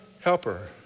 helper